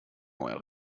neuer